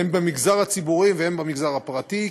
הן במגזר הציבורי והן במגזר הפרטי,